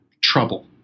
Trouble